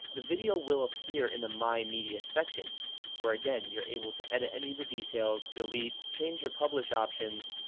the video will appear in the my media section where again you're able to edit any of the details, delete, change your publish options,